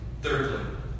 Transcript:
Thirdly